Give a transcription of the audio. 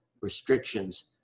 restrictions